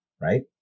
right